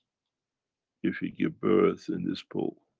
if you give birth in his pool.